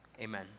Amen